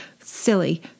Silly